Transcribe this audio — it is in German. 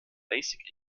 basic